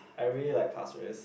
I really like Pasir-Ris